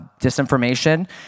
disinformation